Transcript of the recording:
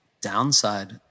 downside